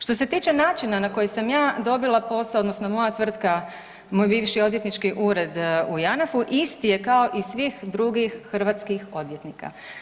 Što se tiče načina na koji sam ja dobila posao odnosno moja tvrtka, moj bivši odvjetnički ured u Janafu isti je kao i svih drugih hrvatskih odvjetnika.